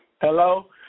Hello